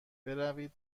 بروید